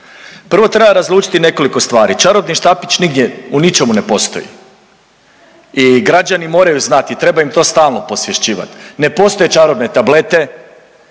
Prvo treba razlučiti nekoliko stvari, čarobni štapić nigdje u ničemu ne postoji i građani moraju znati i treba im to stalno posvješćivat, ne postoje čarobne tablete,